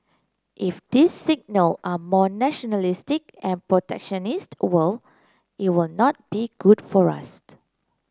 if this signal are more nationalistic and protectionist world it will not be good for us